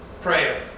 prayer